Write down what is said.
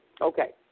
okay